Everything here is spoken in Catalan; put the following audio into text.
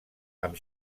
amb